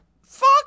Fuck